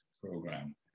program